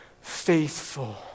faithful